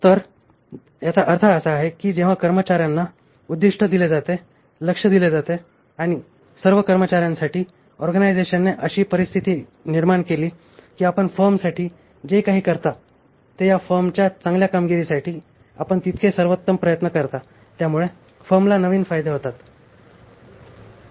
तर याचा अर्थ असा आहे की जेव्हा कर्मचार्यांना उद्दिष्ट दिले जाते लक्ष्य दिले जाते आणि सर्व कर्मचार्यांसाठी ऑर्गनायझेशनने अशी परिस्थिती निर्माण केली की आपण फर्मसाठी जे काही करता ते या फर्मच्या चांगल्या कामगिरीसाठी आपण जितके सर्वोत्तम प्रयत्न करता त्यामुळे फर्मला नवीन फायदे होतात